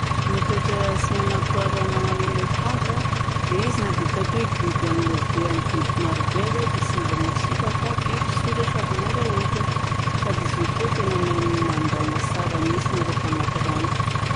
Ny toetra tsy manam-paharoa ananan'ny elefanta dia izy na dia hitako hoe biby ahogna be amin'ny biby marobe aza dia tsy mba masiaka fa biby tsotra sady mora ho entina sady izy koa tena mahay mandahogna tsara mihitsy rehefa agnaty rano.